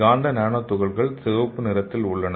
காந்த நானோ துகள்கள் சிவப்பு நிறத்தில் உள்ளன